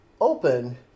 open